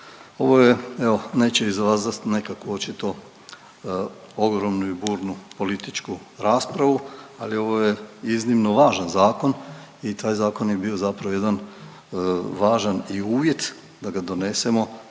Ovo je evo neće izazvat nekaku očito ogromnu i burnu političku raspravu, ali ovo je iznimno važan zakon i taj zakon je bio zapravo jedan važan i uvjet da ga donesemo